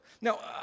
Now